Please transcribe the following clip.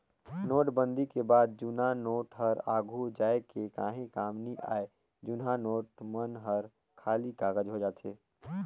नोटबंदी के बाद जुन्ना नोट हर आघु जाए के काहीं काम नी आए जुनहा नोट मन हर खाली कागज होए जाथे